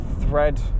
thread